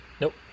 Nope